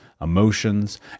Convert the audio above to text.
emotions